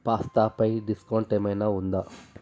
పాస్తాపై discount ఏమైనా ఉందా